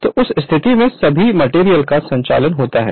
तो उस स्थिति में सभी मटेरियल का संचालन होता है